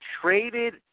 traded